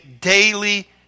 daily